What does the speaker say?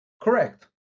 Correct